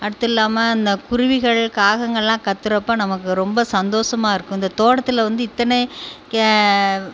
அடுத்து இல்லாமல் இந்த குருவிகள் காகங்கள்லாம் கத்துறப்போ நமக்கு ரொம்ப சந்தோஷமா இருக்கும் இந்த தோட்டத்தில் வந்து இத்தனை